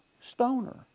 stoner